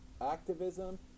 activism